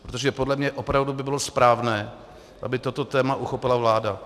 Protože podle mě opravdu by bylo správné, aby toto téma uchopila vláda.